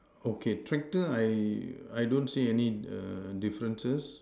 okay tractor I I don't see any err differences